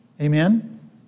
Amen